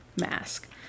mask